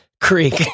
Creek